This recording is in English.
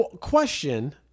Question